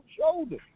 shoulder